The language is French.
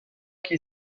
qui